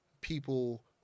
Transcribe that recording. people